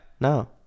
No